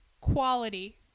quality